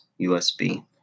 USB